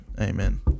amen